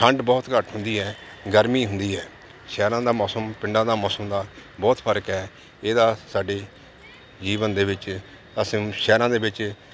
ਠੰਢ ਬਹੁਤ ਘੱਟ ਹੁੰਦੀ ਹੈ ਗਰਮੀ ਹੁੰਦੀ ਹੈ ਸ਼ਹਿਰਾਂ ਦਾ ਮੌਸਮ ਪਿੰਡਾਂ ਦਾ ਮੌਸਮ ਦਾ ਬਹੁਤ ਫਰਕ ਹੈ ਇਹਦਾ ਸਾਡੇ ਜੀਵਨ ਦੇ ਵਿੱਚ ਅਸੀਂ ਸ਼ਹਿਰਾਂ ਦੇ ਵਿੱਚ